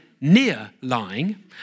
near-lying